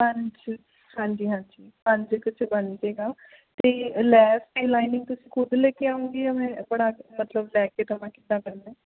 ਪੰਜ ਹਾਂਜੀ ਹਾਂਜੀ ਪੰਜ ਕੁ 'ਚ ਬਣ ਜੇਗਾ ਅਤੇ ਲੈਸ ਅਤੇ ਲਾਈਨਿੰਗ ਤੁਸੀਂ ਖੁਦ ਲੈ ਕੇ ਆਓਂਗੇ ਜਾਂ ਮੈਂ ਆਪਣਾ ਮਤਲਬ ਲੈ ਕਿ ਦੇਵਾਂ ਕਿੱਦਾਂ ਕਰਨਾ